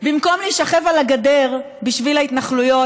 במקום להישכב על הגדר בשביל ההתנחלויות,